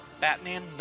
Batman